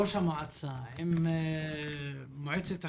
ראש המועצה עם מועצת החברים,